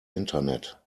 internet